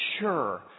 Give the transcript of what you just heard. sure